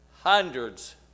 hundreds